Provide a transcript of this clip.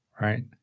right